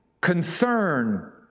concern